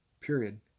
Period